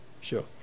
sure